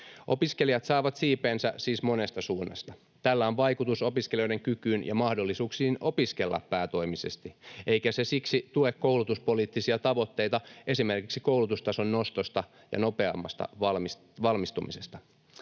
Opiskelijat saavat siipeensä siis monesta suunnasta. Tällä on vaikutus opiskelijoiden kykyyn ja mahdollisuuksiin opiskella päätoimisesti, eikä se siksi tue koulutuspoliittisia tavoitteita esimerkiksi koulutustason nostosta ja nopeammasta valmistumisesta.